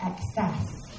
excess